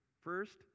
First